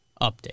Update